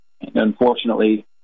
Unfortunately